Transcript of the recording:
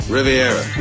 Riviera